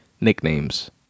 nicknames